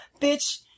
Bitch